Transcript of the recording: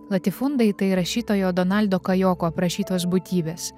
latifundai tai rašytojo donaldo kajoko aprašytos būtybės